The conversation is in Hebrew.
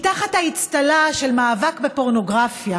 כי תחת האצטלה של מאבק בפורנוגרפיה